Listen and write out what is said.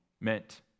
meant